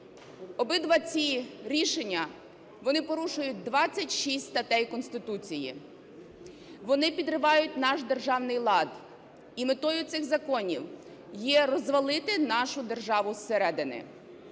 Обидва ці рішення, вони порушують 26 статей Конституції, вони підривають наш державний лад, і метою цих законів є розвалити нашу державу зсередини.